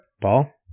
Paul